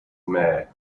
mayor